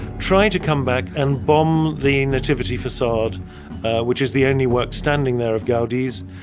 try and to come back and bomb the nativity facade which is the only work standing there of gaudi's,